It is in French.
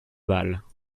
balles